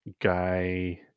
guy